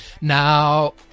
Now